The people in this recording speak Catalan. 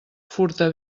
furta